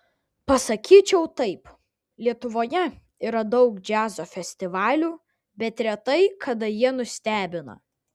pasakyčiau taip lietuvoje yra daug džiazo festivalių bet retai kada jie nustebina